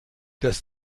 das